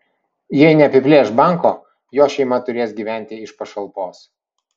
jei neapiplėš banko jo šeima turės gyventi iš pašalpos